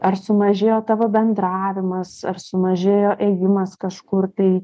ar sumažėjo tavo bendravimas ar sumažėjo ėjimas kažkur tai